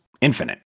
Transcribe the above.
Infinite